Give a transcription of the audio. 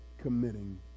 committing